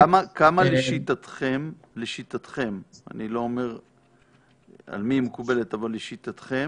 אני לא אומר על מי היא מקובלת, אבל כמה, לשיטתכם,